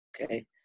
Okay